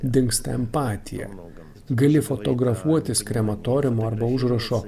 dingsta empatija gali fotografuotis krematoriumo arba užrašo